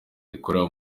rikorera